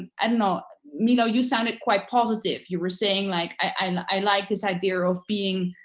and i don't know. milo you sounded quite positive. you were saying like i like this idea of being